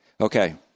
Okay